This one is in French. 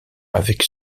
avec